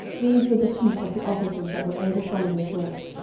these were the chief of the officers that were over solomon's work,